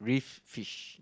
reef fish